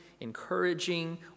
encouraging